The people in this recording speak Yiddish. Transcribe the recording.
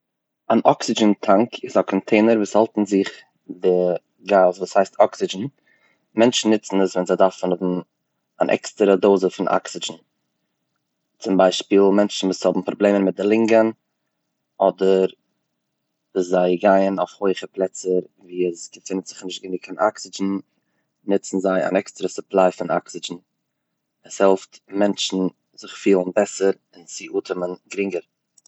א אקסיזשן טאנק איז א קאנטעינער וואס האלט אין זיך די גאז וואס הייסט אקסיזשן, מענטשן נוצן עס ווען זיי דארפן האבן אן עקסטערע דאזע פון אקסיזשן, צום ביישפיל מענטשן וואס האבן א פראבלעם מיט די לונגען אדער זיי גייען אויף הויכע פלעצער ווי עס געפינט נישט גענוג קיין אקסיזשן נוצן זיי אן עקסטערע סופליי פון אקסיזשן, עס העלפט מענטשן זיך פילן בעסער צו אטעמען גרינגער.